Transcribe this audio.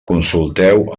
consulteu